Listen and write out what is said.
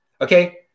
okay